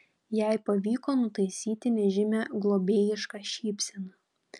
jai pavyko nutaisyti nežymią globėjišką šypseną